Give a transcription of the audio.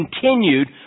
continued